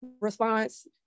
response